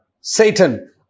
Satan